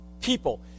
people